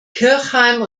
kirchheim